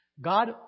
God